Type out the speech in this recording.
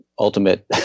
Ultimate